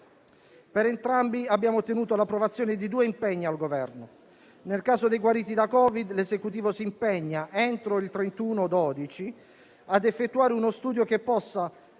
Per entrambi abbiamo ottenuto l'approvazione di due impegni al Governo: nel caso dei guariti da Covid, l'Esecutivo si impegna entro il 31 dicembre a effettuare uno studio che possa portare